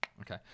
okay